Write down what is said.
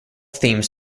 theme